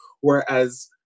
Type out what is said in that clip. whereas